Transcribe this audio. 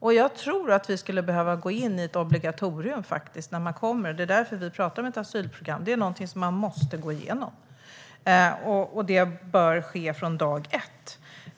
Jag tror att vi skulle behöva ett obligatorium för dem som kommer hit. Därför talar vi om ett asylprogram, som skulle vara något som man måste gå igenom. Detta bör ske från dag ett.